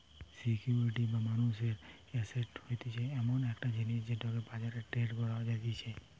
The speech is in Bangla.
সিকিউরিটি বা মানুষের এসেট হতিছে এমন একটা জিনিস যেটাকে বাজারে ট্রেড করা যাতিছে